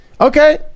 okay